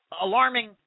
alarming